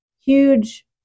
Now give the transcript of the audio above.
huge